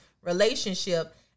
relationship